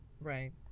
Right